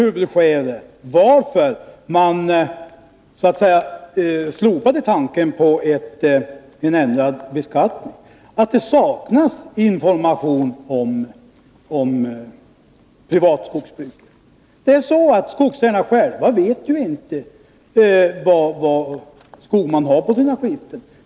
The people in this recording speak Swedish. Huvudskälet till att man slopade tanken på en ändring av beskattningen var väl vidare att det saknas information om privatskogsbruket. Skogsägarna vet ofta inte själva vilken skog de har på sina skiften.